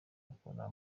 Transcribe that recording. akora